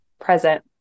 Present